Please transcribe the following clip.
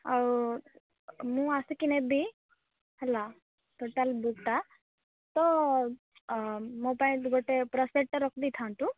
ଆଉ ମୁଁ ଆସିକି ନେବି ହେଲା ଟୋଟାଲ୍ ବୁକ୍ଟା ତ ମୋ ପାଇଁ ଗୋଟେ ପୂରା ସେଟ୍ଟା ରଖି ଦେଇଥାଆନ୍ତୁ